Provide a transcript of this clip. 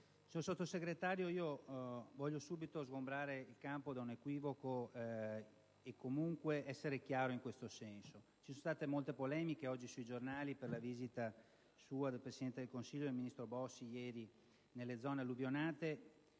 signor Sottosegretario, voglio subito sgombrare il campo da un equivoco e comunque essere chiaro. Ci sono state molte polemiche sui giornali di oggi per la visita sua, del Presidente del Consiglio e del ministro Bossi, ieri, nelle zona alluvionate.